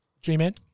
G-Man